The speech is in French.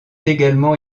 également